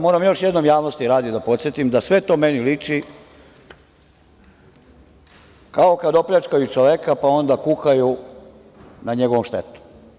Moram još jednom, javnosti radi da podsetim, da sve to meni liči kao kad opljačkaju čoveka, pa onda kukaju na njegovu štetu.